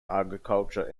agriculture